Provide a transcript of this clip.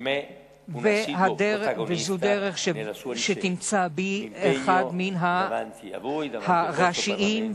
זו דרך שתמצא בי אחד מן התומכים הראשיים,